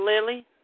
Lily